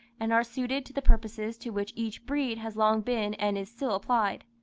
and are suited to the purposes to which each breed has long been and is still applied.